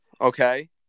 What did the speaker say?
okay